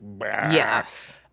Yes